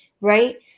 Right